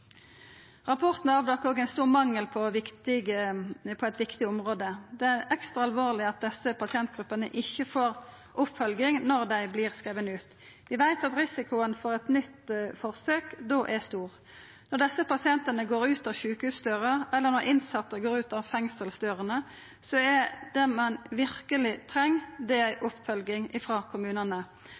Rapporten avdekkjer òg ein stor mangel på eit viktig område. Det er ekstra alvorleg at desse pasientgruppene ikkje får oppfølging når dei vert utskrivne. Vi veit at risikoen for eit nytt forsøk da er stor. Når desse pasientane går ut sjukehusdørene, eller når innsette går ut fengselsdørene, er det ein verkeleg treng, oppfølging frå kommunane. At det